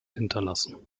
hinterlassen